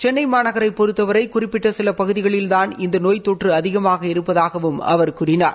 சென்னை மாநகரைப் பொறுத்தவரை குறிப்பிட்ட சில பகுதிகளில்தான் இந்த நோய் தொற்று அதிகமாக இருப்பதாகவும் அவர் கூறினார்